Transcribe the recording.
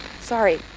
Sorry